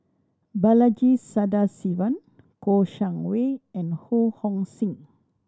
Balaji Sadasivan Kouo Shang Wei and Ho Hong Sing